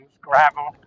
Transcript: gravel